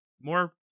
more